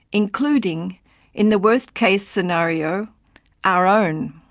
including in the worst case scenario our own.